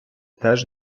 теж